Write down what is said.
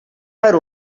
per